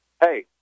hey